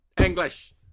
English